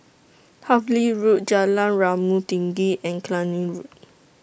Harvey Road Jalan Rumah Tinggi and Cluny Road